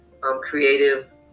creative